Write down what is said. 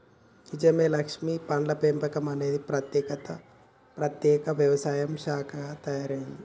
నిజమే లక్ష్మీ పండ్ల పెంపకం అనేది ప్రత్యేక వ్యవసాయ శాఖగా తయారైంది